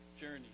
journey